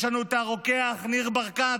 יש לנו את הרוקח ניר ברקת,